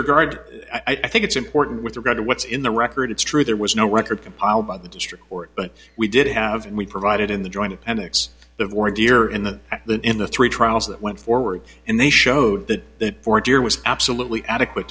regard i think it's important with regard to what's in the record it's true there was no record compiled by the district court but we did have and we provided in the joint appendix of war gear in the in the three trials that went forward and they showed that the order was absolutely adequate